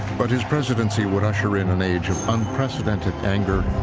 but his presidency would usher in an age of unprecedented anger.